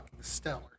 stellar